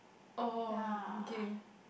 oh okay